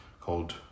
called